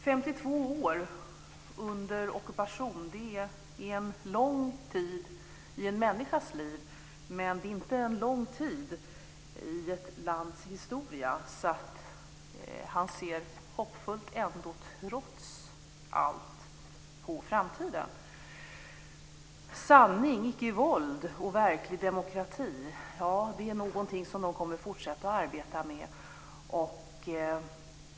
52 år under ockupation är en lång tid i en människas liv, men det är inte en lång tid i ett lands historia. Han ser trots allt hoppfullt på framtiden. Sanning, icke våld, och verklig demokrati är någonting som de kommer att fortsätta att arbeta med.